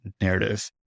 narrative